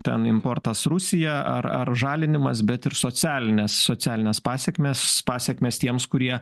ten importas rusija ar ar žalinimas bet ir socialinės socialinės pasekmės pasekmės tiems kurie